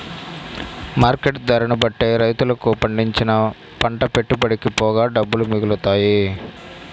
market ధరని బట్టే రైతులకు పండించిన పంట పెట్టుబడికి పోగా డబ్బులు మిగులుతాయి